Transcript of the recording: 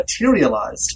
materialized